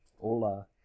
Hola